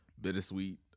Bittersweet